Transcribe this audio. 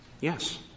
Yes